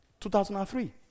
2003